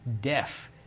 deaf